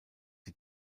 die